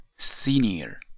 senior